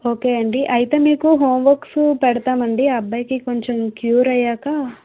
okay అండి అయితే మీకు హోం వర్క్స్ పెడతామండి అబ్బాయికి కొంచెం క్యూర్ అయ్యాక